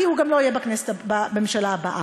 כי הוא גם לא יהיה בממשלה הבאה.